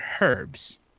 herbs